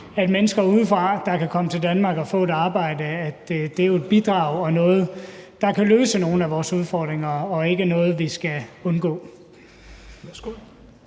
at mennesker udefra, der kan komme til Danmark og få et arbejde, bidrager og er noget, der kan løse nogle af vores udfordringer, og ikke er noget, vi skal undgå.